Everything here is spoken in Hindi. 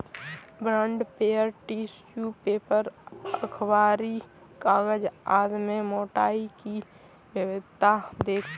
बॉण्ड पेपर, टिश्यू पेपर, अखबारी कागज आदि में मोटाई की भिन्नता देखते हैं